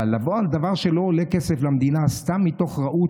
אבל לבוא בדבר שלא עולה כסף למדינה, סתם מתוך רוע,